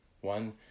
one